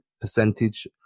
percentage